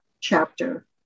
chapter